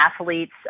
athletes